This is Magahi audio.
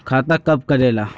खाता कब करेला?